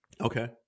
Okay